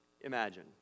imagine